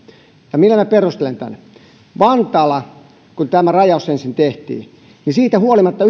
ja millä minä perustelen tämän vantaalla kun tämä rajaus ensin tehtiin siitä huolimatta